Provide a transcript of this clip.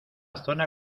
zona